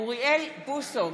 אוריאל בוסו,